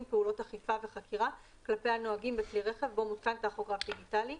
פעולות אכיפה וחקירה כלפי הנוהגים בכלי רכב בו מותקן טכוגרף דיגיטלי,